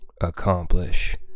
accomplish